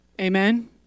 Amen